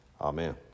Amen